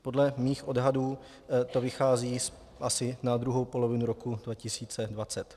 Podle mých odhadů to vychází asi na druhou polovinu roku 2020.